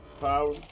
Power